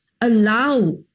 allow